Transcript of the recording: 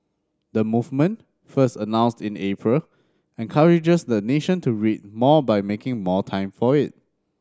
the movement first announced in April encourages the nation to read more by making more time for it